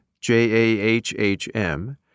J-A-H-H-M